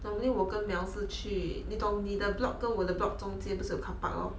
normally 我跟 mel 是去你懂你的 block 跟我的 block 中间不是有 carpark lor